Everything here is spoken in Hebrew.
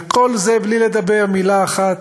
וכל זה בלי לדבר מילה אחת,